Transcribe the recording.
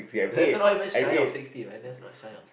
that's not even shy of sixty right that's not shy of sixty